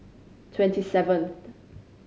twenty seventh